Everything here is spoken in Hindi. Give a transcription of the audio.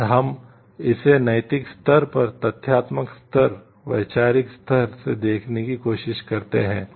और हम इसे नैतिक स्तर पर तथ्यात्मक स्तर वैचारिक स्तर से देखने की कोशिश करते हैं